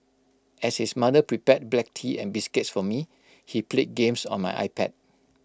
as his mother prepared black tea and biscuits for me he played games on my iPad